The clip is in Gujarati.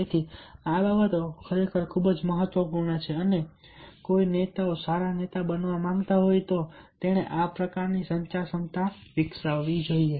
તેથી આ બાબતો ખરેખર ખૂબ જ મહત્વપૂર્ણ છે અને જો કોઈ નેતાએ સારા નેતા બનવા માંગતા હોય તો તેણે આ પ્રકારની ક્ષમતા સંચાર ક્ષમતા વિકસાવવી જોઈએ